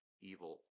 evil